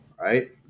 right